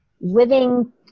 living